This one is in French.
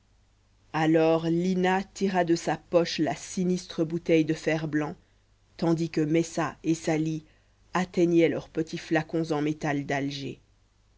alors lina tira de sa poche la sinistre bouteille de fer blanc tandis que messa et sali atteignaient leurs petits flacons en métal d'alger